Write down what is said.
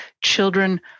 children